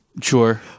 Sure